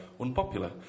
unpopular